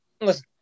listen